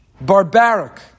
barbaric